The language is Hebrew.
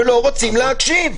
ולא רוצים להקשיב.